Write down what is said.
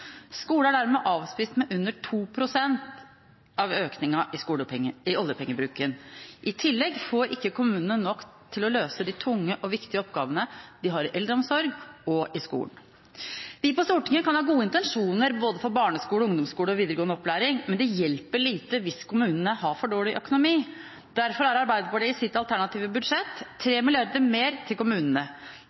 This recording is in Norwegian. er dermed avspist med under 2 pst. av økningen i oljepengebruken. I tillegg får ikke kommunene nok til å løse de tunge og viktige oppgavene de har i eldreomsorgen og skolen. Vi på Stortinget kan ha gode intensjoner for både barneskole, ungdomsskole og videregående opplæring, men det hjelper lite hvis kommunene har for dårlig økonomi. Derfor har Arbeiderpartiet i sitt alternative budsjett 3 mrd. kr mer til kommunene.